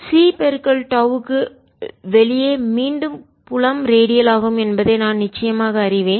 cடோவ் க்கு வெளியே மீண்டும் புலம் ரேடியால் ஆகும் என்பதை நான் நிச்சயமாக அறிவேன்